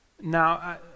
Now